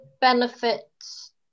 benefits